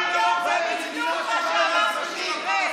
ואל תשללו את זכות ההגדרה עצמית של העם היהודי,